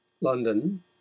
london